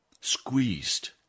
squeezed